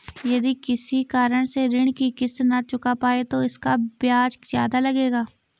यदि किसी कारण से ऋण की किश्त न चुका पाये तो इसका ब्याज ज़्यादा लगेगा?